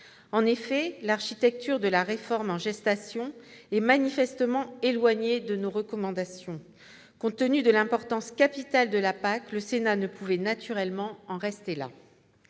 En effet, l'architecture de la réforme en gestation est manifestement éloignée de nos recommandations. Compte tenu de l'importance capitale de la PAC, le Sénat ne pouvait naturellement pas en rester là.